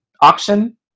auction